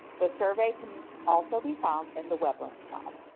the survey can also be found in the weblinks pod.